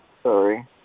Sorry